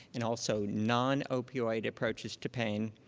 and also non-opioid approaches to pain.